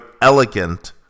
elegant